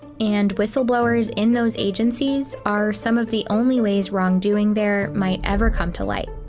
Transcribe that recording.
and whistleblowers in those agencies are some of the only ways wrongdoing there might ever come to light.